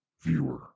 viewer